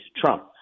Trump